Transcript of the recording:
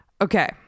Okay